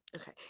Okay